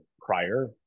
prior